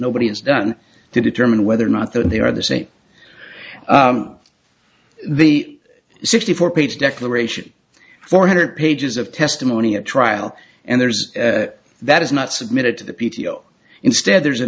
nobody has done to determine whether or not there are the same the sixty four page declaration four hundred pages of testimony at trial and there's that is not submitted to the p t o instead there's a